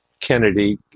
Kennedy